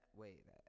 wait